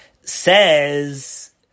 says